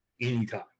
anytime